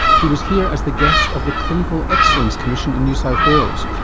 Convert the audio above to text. who was here as the guest of the clinical excellence commission in new south wales.